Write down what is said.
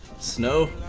snow